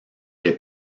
les